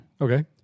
Okay